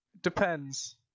Depends